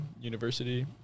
University